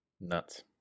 Nuts